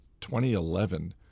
2011